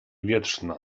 wietrzna